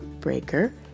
Breaker